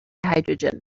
hydrogen